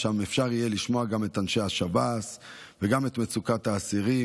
שם אפשר יהיה לשמוע את אנשי השב"ס וגם את מצוקת האסירים.